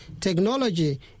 technology